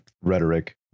rhetoric